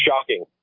Shocking